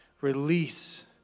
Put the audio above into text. release